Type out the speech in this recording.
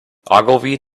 ogilvy